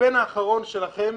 הקמפיין האחרון שלכם